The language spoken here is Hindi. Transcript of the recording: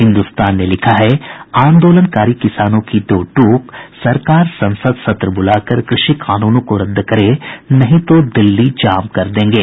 हिन्दुस्तान ने लिखा है अंदोलनकारी किसानों की दो टूक सरकार संसद सत्र बुलाकर कृषि कानूनों को रद्द करे नहीं तो दिल्ली जाम कर देंगे